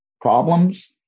problems